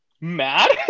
mad